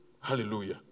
Hallelujah